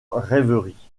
rêverie